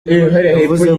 yavuze